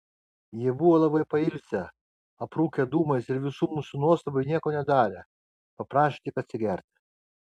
jie buvo labai pailsę aprūkę dūmais ir visų mūsų nuostabai nieko nedarė paprašė tik atsigerti